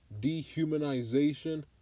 dehumanization